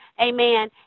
Amen